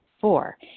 Four